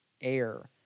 Air